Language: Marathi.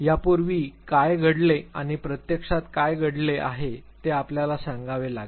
यापूर्वी यापूर्वी काय घडले आणि प्रत्यक्षात काय घडले आहे ते आपल्याला सांगावे लागेल